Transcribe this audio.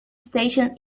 station